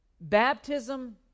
Baptism